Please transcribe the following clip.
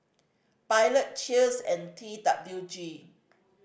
Pilot Cheers and T W G